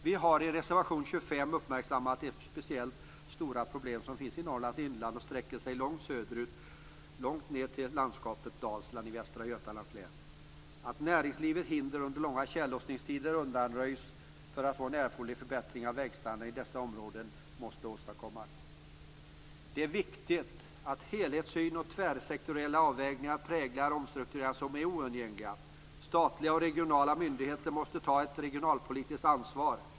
Vi har i reservation 25 uppmärksammat de speciellt stora problem som finns i Norrlands inland och som sträcker sig långt söderut - långt ned till landskapet Dalsland i Västra Götalands län. Man måste åstadkomma en erforderlig förbättring av vägstandarden i dessa områden så att näringslivets hinder under långa tjällossningstider undanröjs. Det är viktigt att helhetssyn och tvärsektoriella avvägningar präglar de omstruktureringar som är oundgängliga. Statliga och regionala myndigheter måste ta ett regionalpolitiskt ansvar.